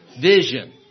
vision